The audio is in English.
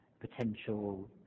potential